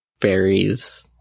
fairies